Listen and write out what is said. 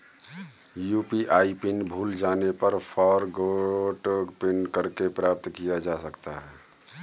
UPI pin भूल जाने पर फ़ॉरगोट पिन करके प्राप्त किया जा सकता है